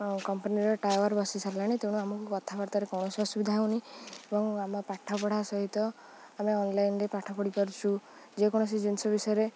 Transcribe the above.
କମ୍ପାନୀର ଟାୱାର୍ ବସି ସାରିଲାଣି ତେଣୁ ଆମକୁ କଥାବାର୍ତ୍ତାରେ କୌଣସି ଅସୁବିଧା ହଉନି ଏବଂ ଆମ ପାଠ ପଢ଼ା ସହିତ ଆମେ ଅନଲାଇନ୍ରେ ପାଠ ପଢ଼ି ପାରୁଛୁ ଯେକୌଣସି ଜିନିଷ ବିଷୟରେ